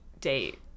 date